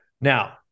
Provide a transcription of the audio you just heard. Now